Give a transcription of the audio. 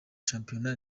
shampiyona